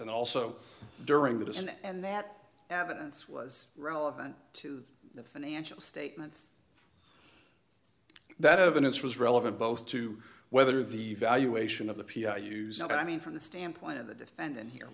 and also during the day and that evidence was relevant to the financial statements that evidence was relevant both to whether the evaluation of the p r use of it i mean from the standpoint of the defendant here